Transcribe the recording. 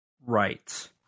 Right